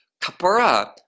kapara